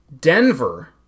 Denver